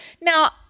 now